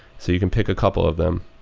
so you can pick a couple of them.